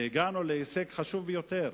והגענו להישג חשוב ביותר,